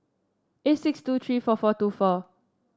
eight six two three four four two four